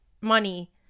Money